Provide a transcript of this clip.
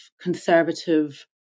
conservative